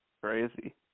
Crazy